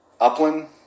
Upland